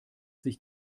sich